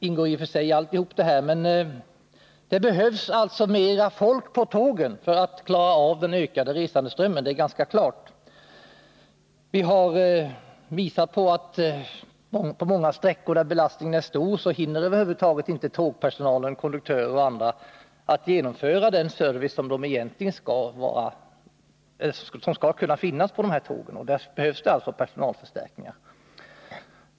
Det är uppenbart att det behövs mera folk på tågen för att klara av den ökade resandeströmmen. På många sträckor, där belastningen är stor, hinner tågpersonalen inte ge den service som egentligen skall finnas på tågen. Därför behövs det alltså personalförstärkningar.